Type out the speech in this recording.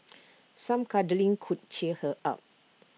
some cuddling could cheer her up